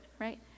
right